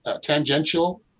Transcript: tangential